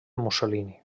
mussolini